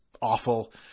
awful